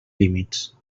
límits